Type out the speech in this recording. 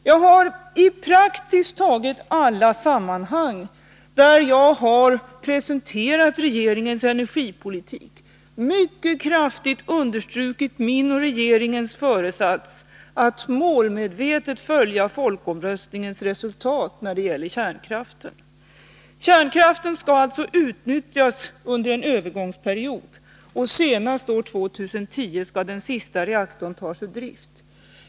Jag har i praktiskt taget alla sammanhang där jag har presenterat regeringens energipolitik mycket kraftigt understrukit min och regeringens föresats att målmedvetet följa folkomröstningens resultat när det gäller kärnkraften. Kärnkraften skall alltså utnyttjas under en övergångsperiod. Senast år 2010 skall den sista reaktorn tas ur drift.